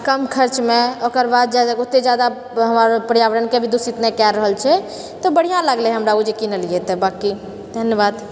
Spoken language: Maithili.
कम खर्चमे ओकरबाद जादा ओतए जादा हमर पर्यावरणके भी दूषित नहि कए रहल छै तऽ बढ़िआँ लागलै हमरा ओ जे किनलिऐ तऽ बाँकि धन्यवाद